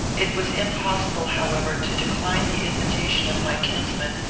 it was impossible, however, to decline the invitation of my kinsman,